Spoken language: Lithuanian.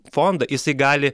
fondą jisai gali